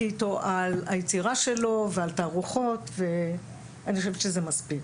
איתו על היצירה שלו ועל תערוכות ואני חושבת שזה מספיק.